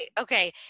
okay